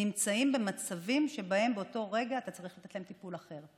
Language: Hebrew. נמצאים במצבים שבאותו רגע אתה צריך לתת להם טיפול אחר,